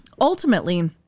ultimately